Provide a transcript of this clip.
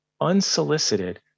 unsolicited